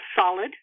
solid